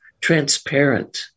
transparent